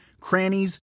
crannies